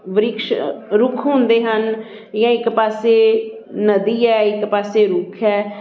ਬ੍ਰਿਕਸ਼ ਰੁੱਖ ਹੁੰਦੇ ਹਨ ਜਾਂ ਇੱਕ ਪਾਸੇ ਨਦੀ ਹੈ ਇੱਕ ਪਾਸੇ ਰੁੱਖ ਹੈ